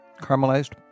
Caramelized